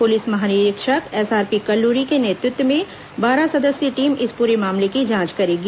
police महानिरीक्षक SRP Kalluri के नेतृत्व में बारह सदस्यीय टीम इस प्ररे मामले की जांच करेगी